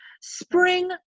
spring